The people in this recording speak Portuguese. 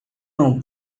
não